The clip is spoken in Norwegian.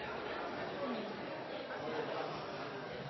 same